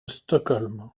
stockholm